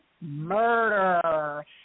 Murder